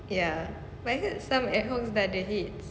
ya but is it some ad hoc tak ada heats